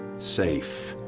safe.